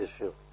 issue